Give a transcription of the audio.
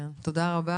כן, תודה רבה.